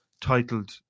titled